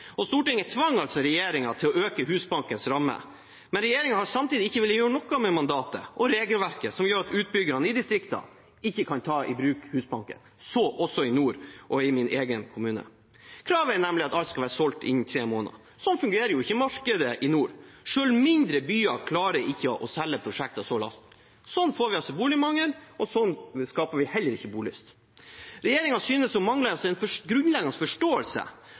Stortinget tvang regjeringen til øke Husbankens rammer, men regjeringen har samtidig ikke villet gjøre noe med mandatet og regelverket som gjør at utbyggerne i distriktene ikke kan ta i bruk Husbanken – så også i nord, og i min egen kommune. Kravet er nemlig at alt skal være solgt innen tre måneder. Sånn fungerer jo ikke markedet i nord. Selv mindre byer klarer ikke å selge prosjekter så raskt. Sånn får vi altså boligmangel, og sånn skaper vi heller ikke bolyst. Regjeringen synes å mangle en grunnleggende forståelse